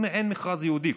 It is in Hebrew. אם אין מכרז ייעודי,